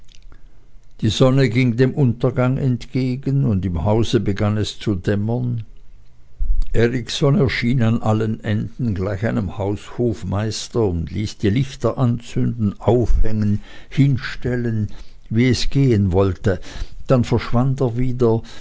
die sonne ging dem untergange entgegen und im hause begann es zu dämmern erikson erschien an allen enden gleich einem haushofmeister und ließ die lichter anzünden aufhängen hinstellen wie es gehen wollte dann verschwand er wieder